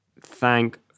thank